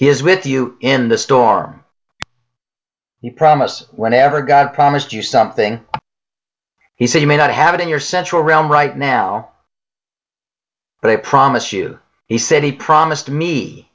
he is with you in the storm you promise whenever god promised you something he said you may not have it in your central realm right now but i promise you he said he promised me